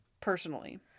Personally